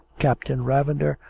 captain ravender,